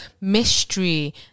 mystery